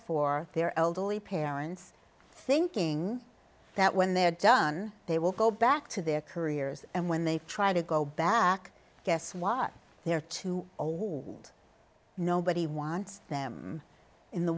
for their elderly parents thinking that when they're done they will go back to their careers and when they try to go back guess what they are to a wall and nobody wants them in the